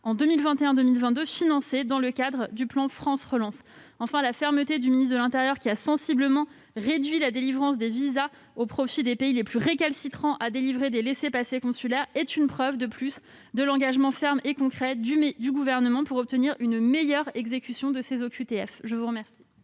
places seront financées dans le cadre du plan France Relance. Enfin, la fermeté du ministre de l'intérieur, qui a sensiblement réduit la délivrance des visas au profit des pays les plus récalcitrants à délivrer des laissez-passer consulaires, est une preuve supplémentaire de l'engagement ferme et concret du Gouvernement pour obtenir une meilleure exécution des OQTF. La parole